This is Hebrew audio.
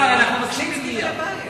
השר, אנחנו מבקשים דיון במליאה.